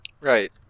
right